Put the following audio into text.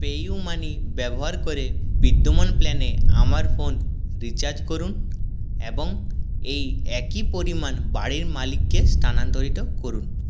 PayU money ব্যবহার করে বিদ্যমান প্ল্যানে আমার ফোন রিচার্জ করুন এবং এই একই পরিমাণ বাাড়ির মালিককে স্থানান্তরিত করুন